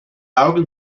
augen